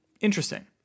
Interesting